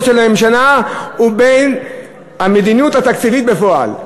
של הממשלה ובין המדיניות התקציבית בפועל.